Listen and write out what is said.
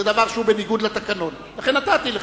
זה דבר שהוא בניגוד לתקנון, לכן נתתי לך.